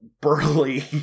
burly